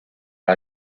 era